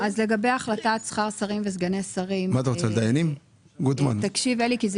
אז לגבי החלטת שכר שרים וסגני שרים, תקשיב אלי.